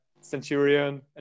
centurion